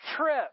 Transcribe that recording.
trip